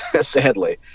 sadly